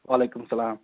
وعلیکُم اسَلام